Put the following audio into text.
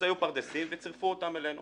היו פרדסים וצירפו אותם אלינו.